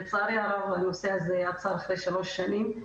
לצערי הרב הנושא הזה הפך לשלוש שנים.